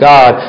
God